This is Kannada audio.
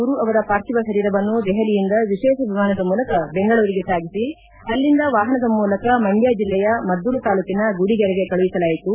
ಗುರು ಅವರ ಪಾರ್ಥಿವ ಶರೀರವನ್ನು ದೆಹಲಿಯಿಂದ ವಿಶೇಷ ವಿಮಾನದ ಮೂಲಕ ಬೆಂಗಳೂರಿಗೆ ಸಾಗಿಸಿ ಅಲ್ಲಿಂದ ವಾಹನದ ಮೂಲಕ ಮಂಡ್ನ ಜಿಲ್ಲೆಯ ಮದ್ದೂರು ತಾಲ್ಲೂಕಿನ ಗುಡಿಗೆರೆಗೆ ಕಳುಹಿಸಲಾಯಿತು